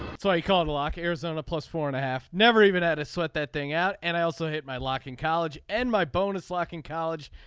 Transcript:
so i called the lock arizona plus four and a half never even had a sweat that thing out. and i also hit my locking college and my bonus locking college.